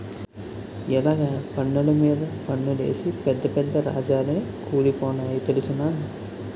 ఇలగ పన్నులు మీద పన్నులేసి పెద్ద పెద్ద రాజాలే కూలిపోనాయి తెలుసునా